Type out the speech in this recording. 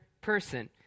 person